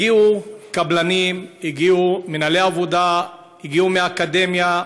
הגיעו קבלנים, הגיעו מנהלי עבודה, הגיעו מהאקדמיה,